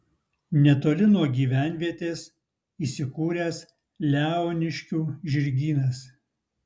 netoli nuo gyvenvietės įsikūręs leoniškių žirgynas